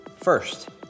First